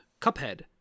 Cuphead